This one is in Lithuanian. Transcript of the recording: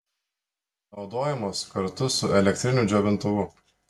naudojamos kartu su elektriniu džiovintuvu